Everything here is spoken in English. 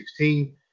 2016